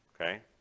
okay